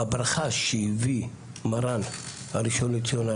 הברכה שהביא מרן הראשון לציון,